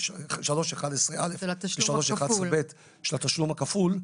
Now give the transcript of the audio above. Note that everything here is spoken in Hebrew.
3(11)(א) ו-3(11)(ב) של התשלום הכפול,